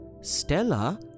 Stella